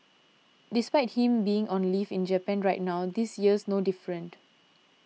despite him being on leave in Japan right now this year's no different